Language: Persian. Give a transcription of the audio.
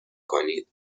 کنید